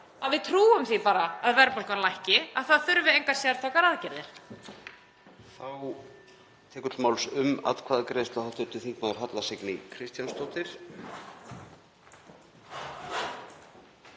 að við trúum því bara að verðbólgan lækki, að það þurfi engar sértækar aðgerðir.